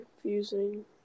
confusing